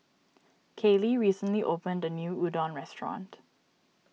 Kaylee recently opened a new Udon restaurant